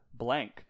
blank